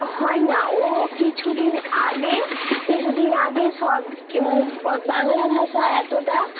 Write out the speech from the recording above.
হয় না ও কিছুদিন আগে কিছুদিন আগে সব বাংলা ভাষা এতটা